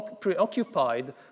preoccupied